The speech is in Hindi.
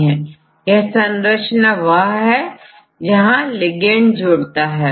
इनको देखकर आप एक्टिव साइट और जहां लिगेंड जुड़ सकता है या क्रिया को रोक सकता है देख सकते हैं